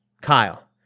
Kyle